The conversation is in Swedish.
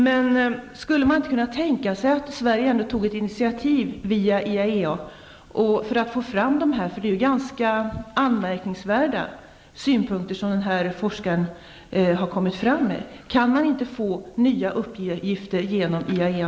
Skulle man ändå inte kunna tänka sig att Sverige tog ett initiativ via IAEA? Den här forskaren har kommit med ganska anmärkningsvärda synpunkter. Kan man inte få nya uppgifter genom IAEA?